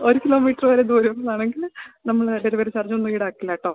ഒരു കിലോമീറ്ററ് വരെ ദൂരം എന്നാണെങ്കിൽ നമ്മൾ ഡെലിവറി ചാർജൊന്നു ഈടാക്കില്ല കേട്ടോ